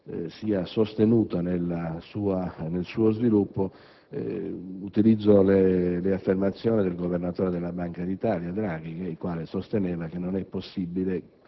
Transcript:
siano sostenuti nel loro sviluppo, utilizzo le affermazioni del governatore della Banca d'Italia Draghi, il quale sosteneva che non è possibile